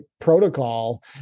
protocol